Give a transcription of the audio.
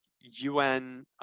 UN